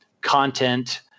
content